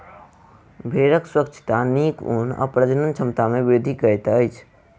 भेड़क स्वच्छता नीक ऊन आ प्रजनन क्षमता में वृद्धि करैत अछि